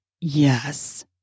yes